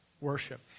worship